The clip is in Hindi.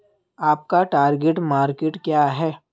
आपका टार्गेट मार्केट क्या है?